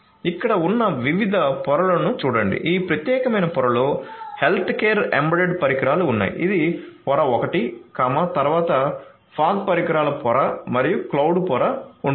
ఇక్కడ ఉన్న వివిధ పొరలను చూడండి ఈ ప్రత్యేకమైన పొరలో హెల్త్కేర్ ఎంబెడెడ్ పరికరాలు ఉన్నాయి ఇది పొర 1 తర్వాత ఫాగ్ పరికరాల పొర మరియు క్లౌడ్ పొర ఉంటుంది